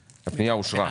אושרה.